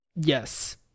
Yes